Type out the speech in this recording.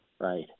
right